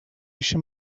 eixa